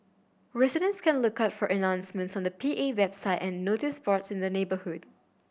residents can look out for announcements on the P A website and notice boards in the neighbourhood